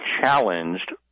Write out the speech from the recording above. challenged